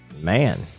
man